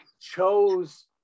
chose